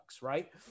right